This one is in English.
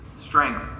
strength